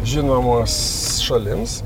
žinomos šalims